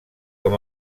com